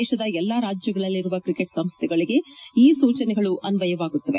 ದೇಶದ ಎಲ್ಲಾ ರಾಜ್ಯಗಳಲ್ಲಿರುವ ಕ್ರಿಕೆಟ್ ಸಂಸ್ಥೆಗಳಿಗೆ ಈ ಸೂಜನೆಗಳು ಅನ್ವಯವಾಗುತ್ತವೆ